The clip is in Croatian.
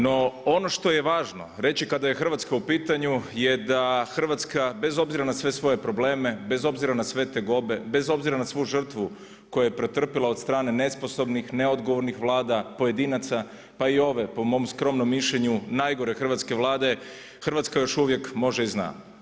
No, ono što je važno reći kada je Hrvatska u pitanju je da Hrvatska bez obzira na sve svoje probleme, bez obzira na sve tegobe, bez obzira na svu žrtvu koju je pretrpjela od strane nesposobnih, neodgovornih Vlada, pojedinaca, pa i ove po mom skromnom mišljenju najgore hrvatske Vlade Hrvatska još uvijek može i zna.